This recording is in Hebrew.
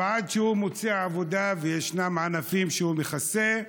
ועד שהוא מוצא עבודה וישנם ענפים שהוא מכסה,